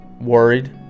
worried